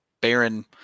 Baron